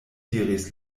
diris